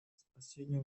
спасение